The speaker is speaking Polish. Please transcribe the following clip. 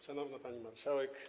Szanowna Pani Marszałek!